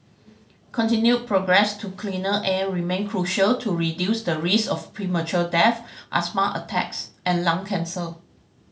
continued progress to cleaner air remain crucial to reduce the risk of premature death asthma attacks and lung cancer